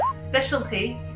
specialty